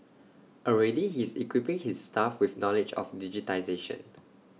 already he is equipping his staff with knowledge of digitisation